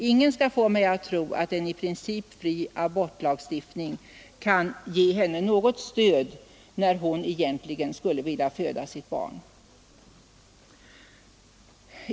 Ingen skall få mig att tro att en i princip fri abortlagstiftning kan ge henne något stöd när hon egentligen skulle vilja föda sitt barn.